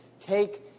take